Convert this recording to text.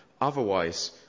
Otherwise